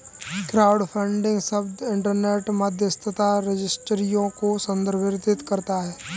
crowdfunding शब्द internet मध्यस्थता रजिस्ट्रियों को संदर्भित करता है